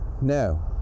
No